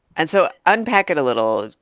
and so unpack it a little.